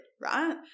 right